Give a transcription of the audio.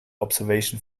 observation